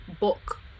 book